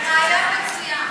זה רעיון מצוין.